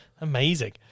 Amazing